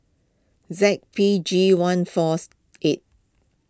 Z P G one fourth eight